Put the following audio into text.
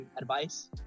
advice